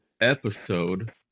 episode